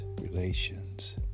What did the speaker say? relations